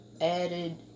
added